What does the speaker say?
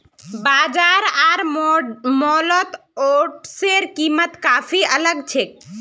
बाजार आर मॉलत ओट्सेर कीमत काफी अलग छेक